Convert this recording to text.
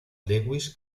lewis